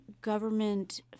government